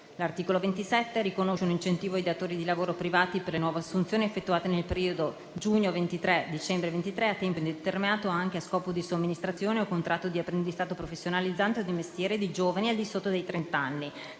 L'articolo 27 riconosce un incentivo ai datori di lavoro privati per le nuove assunzioni, effettuate nel periodo 1° giugno 2023-31 dicembre 2023, a tempo indeterminato, anche a scopo di somministrazione, o con contratto di apprendistato professionalizzante o di mestiere, di giovani al di sotto dei trenta